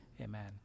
Amen